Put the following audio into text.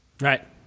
Right